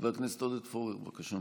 חבר הכנסת עודד פורר, בבקשה.